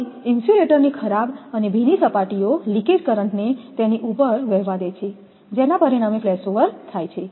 તેથી ઇન્સ્યુલેટરની ખરાબ અને ભીની સપાટીઓ લિકેજ કરંટ ને તેની ઉપર વહેવા દે છે જેના પરિણામે ફ્લેશઓવર થાય છે